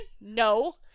No